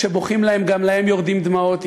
כשהם בוכים גם להם יורדות דמעות.